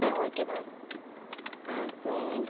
ம் okay ma'am ஆ அப்புறம்